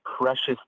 precious